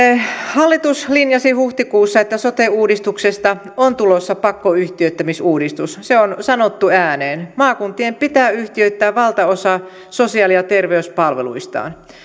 hallitus linjasi huhtikuussa että sote uudistuksesta on tulossa pakkoyhtiöittämisuudistus se on sanottu ääneen maakuntien pitää yhtiöittää valtaosa sosiaali ja terveyspalveluistaan